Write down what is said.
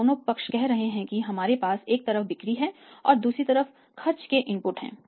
ये दोनों पक्ष कह रहे हैं कि हमारे पास एक तरफ बिक्री है और दूसरी तरफ खर्च के इनपुट हैं